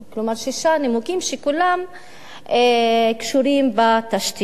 כלומר, שישה נימוקים שכולם קשורים בתשתיות.